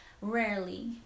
rarely